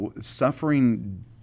Suffering